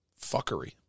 fuckery